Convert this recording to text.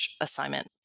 assignment